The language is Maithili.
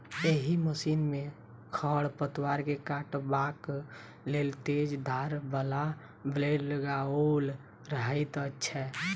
एहि मशीन मे खढ़ पतवार के काटबाक लेल तेज धार बला ब्लेड लगाओल रहैत छै